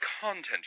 content